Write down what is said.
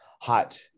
hot